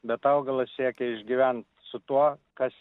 bet augalas siekia išgyvent su tuo kas